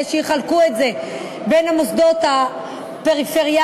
שיחלקו את זה בין המוסדות הפריפריאליים,